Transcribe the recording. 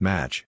Match